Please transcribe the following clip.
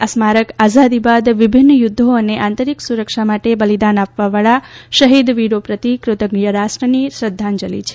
આ સ્મારક આઝાદી બાદ વિભિન્ન યુધ્ધો અને આંતરિક સુરક્ષા માટે બલિદાન આપવાવાળા શહીદવીરો પ્રતિ કૃતજ્ઞ રાષ્ટ્રની શ્રધ્ધાંજલિ છે